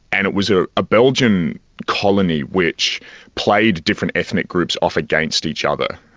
and it was a ah belgian colony, which played different ethnic groups off against each other.